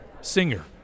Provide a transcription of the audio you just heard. singer